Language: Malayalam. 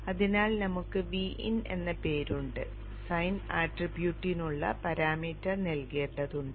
അതിനാൽ നമുക്ക് Vin എന്ന പേരുണ്ട് സൈൻ ആട്രിബ്യൂട്ടിനുള്ള പരാമീറ്റർ നൽകേണ്ടതുണ്ട്